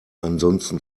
ansonsten